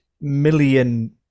million